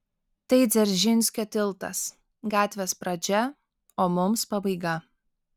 tai dzeržinskio tiltas gatvės pradžia o mums pabaiga